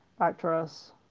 Actress